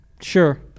Sure